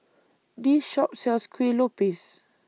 This Shop sells Kueh Lupis